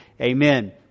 Amen